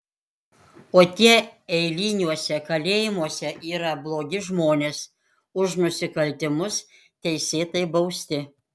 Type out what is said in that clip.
o tie eiliniuose kalėjimuose yra blogi žmonės už nusikaltimus teisėtai bausti